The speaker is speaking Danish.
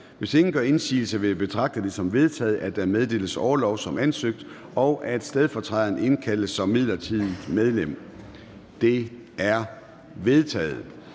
Hvis ingen gør indsigelse, vil jeg betragte det som vedtaget, at der meddeles orlov som ansøgt, og at stedfortræderen indkaldes som midlertidigt medlem. Det er vedtaget.